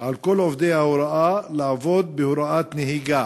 על כל עובדי ההוראה לעבוד בהוראת נהיגה.